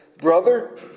brother